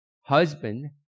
husband